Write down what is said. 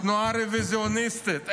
התנועה הרוויזיוניסטית,